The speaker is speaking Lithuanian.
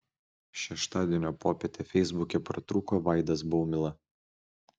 šeštadienio popietę feisbuke pratrūko vaidas baumila